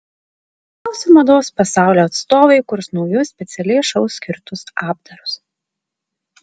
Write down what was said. mados pasaulio atstovai kurs naujus specialiai šou skirtus apdarus